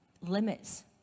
limits